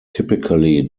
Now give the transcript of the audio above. typically